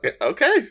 okay